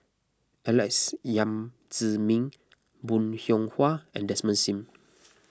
Alex Yam Ziming Bong Hiong Hwa and Desmond Sim